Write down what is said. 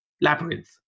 labyrinth